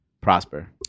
prosper